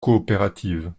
coopérative